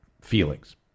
feelings